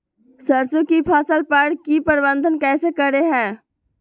सरसों की फसल पर की प्रबंधन कैसे करें हैय?